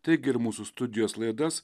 taigi ir mūsų studijos laidas